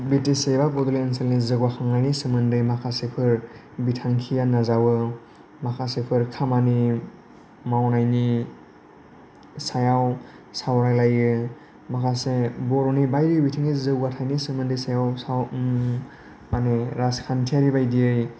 बिटिसिआव बड'लेण्ड ओनसोलनि जौगाखांनायनि सोमोन्दै माखासेफोर बिथांखि नाजावो माखासेफोर खामानि मावनायनि सायाव सावरायलायो माखासे बर'नि बायदि बिथिंनि जौगाथायनि सोमोन्दोनि सायाव साव माने राजखान्थिआरि बायदियै